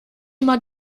immer